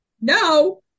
no